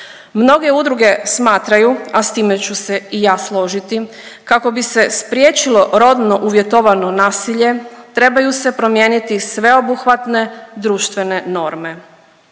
Mnoge udruge smatraju, a s time ću se i ja složiti, kako bi se spriječilo rodno uvjetovano nasilje, trebaju se promijeniti sveobuhvatne društvene norme.